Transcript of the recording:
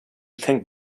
think